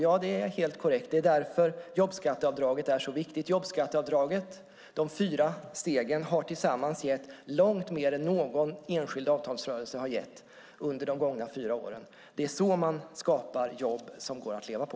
Ja, det är helt korrekt, och det är därför jobbskatteavdraget är så viktigt. De fyra stegen i jobbskatteavdraget har tillsammans gett långt mer än någon enskild avtalsrörelse under de gångna fyra åren. Det är så man skapar jobb som går att leva på.